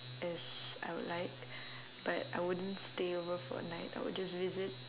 as I would like but I wouldn't stay over for a night I would just visit